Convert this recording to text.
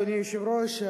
אדוני היושב-ראש,